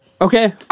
Okay